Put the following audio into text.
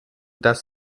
dass